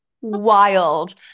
wild